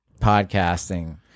podcasting